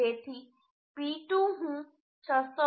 તેથી P2 હું 662